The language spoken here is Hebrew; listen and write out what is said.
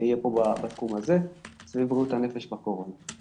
פה בתחום הזה סביב בריאות הנפש בקורונה.